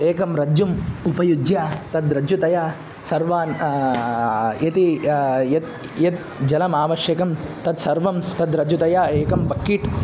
एकं रज्जुम् उपयुज्य तद् रज्जुतया सर्वान् यदि यत् यद् जलमावश्यकं तत् सर्वं तद् रज्जुतया एकं बक्किट्